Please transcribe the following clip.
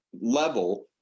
level